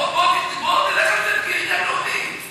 בוא תלך על זה כעניין לאומי.